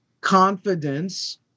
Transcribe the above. confidence